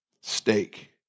steak